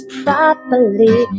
properly